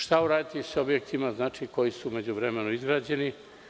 Šta uraditi sa objektima koji su u međuvremenu izgrađeni?